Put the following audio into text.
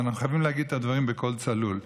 ואנחנו חייבים להגיד את הדברים בקול צלול.